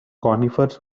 conifers